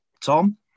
Tom